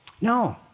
No